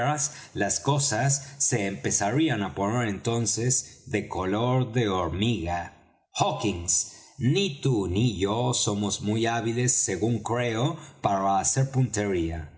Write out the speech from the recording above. las cosas se empezarían á poner entonces de color de hormiga hawkins ni tú ni yo somos muy hábiles según creo para hacer puntería